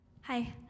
Hi